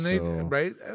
Right